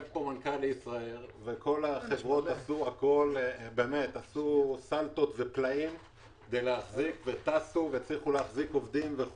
וכל החברות עשו סלטות כדי להחזיק את עצמם והצליחו להחזיק עובדים.